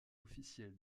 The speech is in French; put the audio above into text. officiel